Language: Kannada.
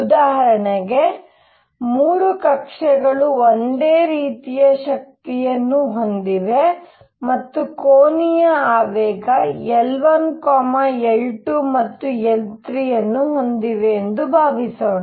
ಉದಾಹರಣೆಗೆ 3 ಕಕ್ಷೆಗಳು ಒಂದೇ ರೀತಿಯ ಶಕ್ತಿಯನ್ನು ಹೊಂದಿವೆ ಮತ್ತು ಕೋನೀಯ ಆವೇಗ L1 L2 ಮತ್ತು L3 ಅನ್ನು ಹೊಂದಿವೆ ಎಂದು ಭಾವಿಸೋಣ